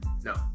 No